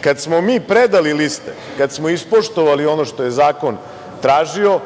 Kada smo mi predali liste, kada smo ispoštovali ono što je zakon tražio,